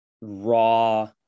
raw